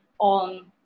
on